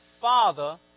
Father